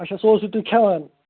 اَچھا سُہ اوسوٕ تُہۍ کھیٚوان